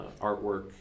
artwork